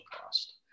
cost